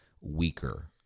weaker